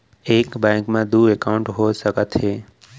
एक बैंक में दू एकाउंट हो सकत हे?